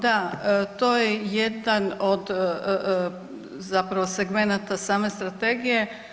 Da, to je jedan od zapravo segmenata same Strategije.